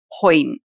point